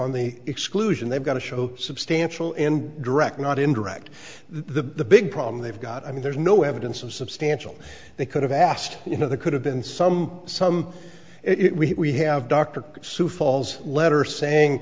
on the exclusion they've got to show substantial and direct not indirect the big problem they've got i mean there's no evidence of substantial they could have asked you know the could have been some some it we have dr sue falls letter saying